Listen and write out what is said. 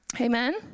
Amen